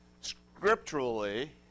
Scripturally